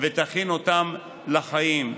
ותכין אותם לחיים.